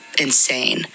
insane